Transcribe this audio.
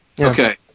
Okay